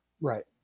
Right